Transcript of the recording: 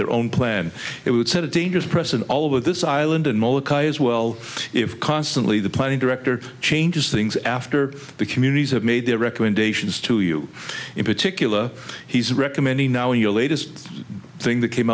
their own plan it would set a dangerous precedent all over this island and molokai as well if constantly the planning director changes things after the communities have made their recommendations to you in particular he's recommending now your latest thing that came